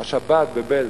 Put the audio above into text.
השבת בבעלז,